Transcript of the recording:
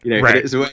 Right